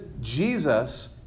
Jesus